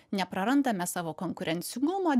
neprarandame savo konkurencingumo